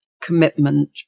commitment